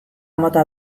mota